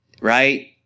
right